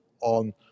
on